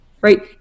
right